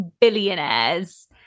billionaires